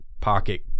Pocket